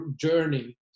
journey